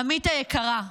עמית היקרה,